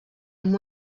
amb